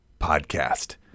podcast